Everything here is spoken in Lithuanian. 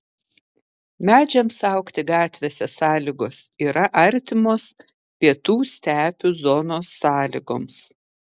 medžiams augti gatvėse sąlygos yra artimos pietų stepių zonos sąlygoms